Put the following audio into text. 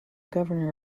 governor